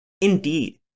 Indeed